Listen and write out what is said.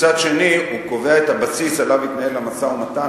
ומצד שני הוא קובע את הבסיס שעליו יתנהל המשא-ומתן,